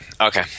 okay